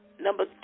Number